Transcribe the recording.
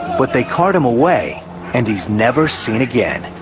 but they cart him away and he's never seen again.